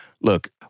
Look